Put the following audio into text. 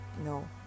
No